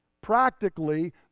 Practically